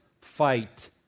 fight